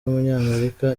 w’umunyamerika